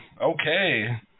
Okay